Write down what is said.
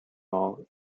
mall